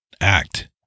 act